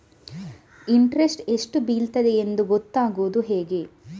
Interest ಎಷ್ಟು ಬೀಳ್ತದೆಯೆಂದು ಗೊತ್ತಾಗೂದು ಹೇಗೆ?